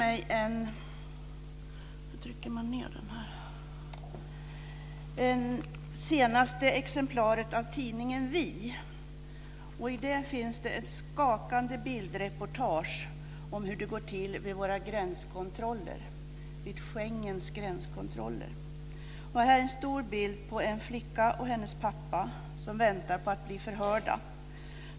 Jag har med mig det senaste numret av tidningen Vi. I den finns ett skakande bildreportage om hur det går till vid Schengenområdets gränskontroller. Där finns en stor bild på en flicka och hennes pappa, som väntar på att bli förhörda.